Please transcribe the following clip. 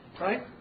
right